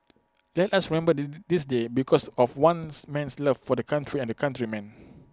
let us remember this day because of ones man's love for the country and countrymen